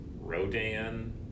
Rodan